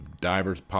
diver's